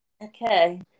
okay